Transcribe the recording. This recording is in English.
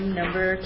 number